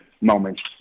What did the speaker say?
moments